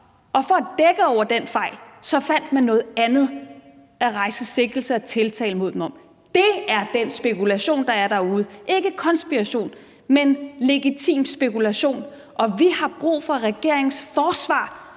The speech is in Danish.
og for at dække over den fejl fandt man noget andet at rejse tiltale og sigtelse mod dem om. Det er den spekulation, der er derude – ikke konspiration, men legitim spekulation – og vi har brug for regeringens forsvar